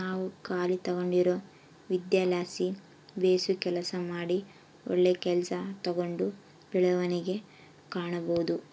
ನಾವು ಕಲಿತ್ಗಂಡಿರೊ ವಿದ್ಯೆಲಾಸಿ ಬೇಸು ಕೆಲಸ ಮಾಡಿ ಒಳ್ಳೆ ಕೆಲ್ಸ ತಾಂಡು ಬೆಳವಣಿಗೆ ಕಾಣಬೋದು